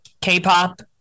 K-pop